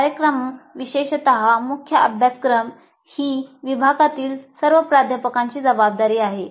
कार्यक्रम विशेषत मुख्य अभ्यासक्रम ही विभागातील सर्व प्राध्यापकांची जबाबदारी आहे